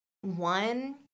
One